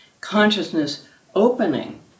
consciousness-opening